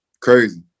Crazy